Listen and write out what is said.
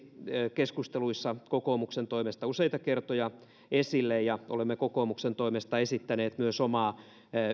keskusteluissa kokoomuksen toimesta useita kertoja esille ja olemme kokoomuksen toimesta esittäneet myös omaa